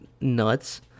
nuts